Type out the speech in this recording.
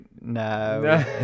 no